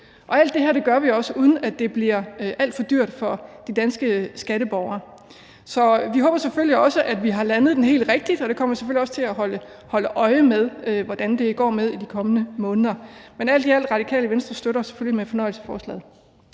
Alt det her gør vi også, uden at det bliver alt for dyrt for de danske skatteborgere. Så vi håber selvfølgelig også, at vi har landet den helt rigtigt, og det kommer vi selvfølgelig også til at holde øje med hvordan det går med de kommende måneder. Men alt i alt støtter Radikale Venstre selvfølgelig med fornøjelse forslaget.